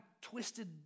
twisted